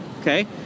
Okay